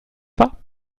pas